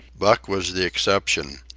buck was the exception.